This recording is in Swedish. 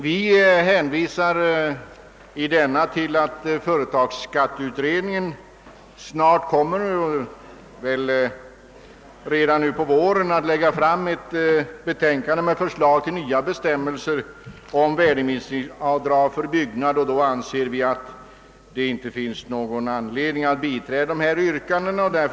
Vi hänvisar i denna till att företagsskatteutredningen snart — kanske redan under våren — kommer att lägga fram sitt betänkande med förslag till nya bestämmelser om värdeminskningsavdrag för byggnader. Det finns därför enligt vår uppfattning inte någon anledning att biträda föreliggande motionsyrkanden.